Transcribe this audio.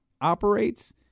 operates